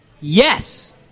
Yes